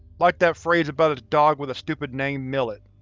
like that phrase about his dog with a stupid name millet.